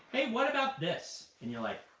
hey, what about this? and you're like,